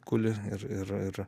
guli ir ir